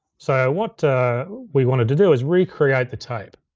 so what ah we wanted to do is recreate the tape.